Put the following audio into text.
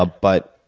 ah but,